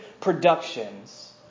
productions